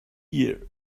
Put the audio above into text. year